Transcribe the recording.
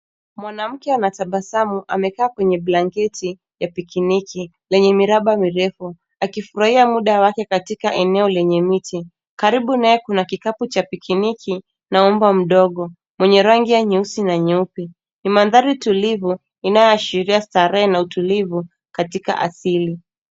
Mwanamke anatabasamu amekaa kwenye blanketi ya pikiniki lenye miraba mirefu, akifurahia muda wake katika eneo lenye miti. Karibu naye kuna kikapu cha pikiniki na mbwa mdogo mwenye rangi ya nyeusi na nyeupe. Ni mandhari tulivu inayoashiria starehe na utulivu katika asili.